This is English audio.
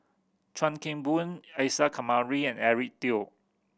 Chuan Keng Boon Isa Kamari and Eric Teo